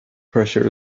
pressure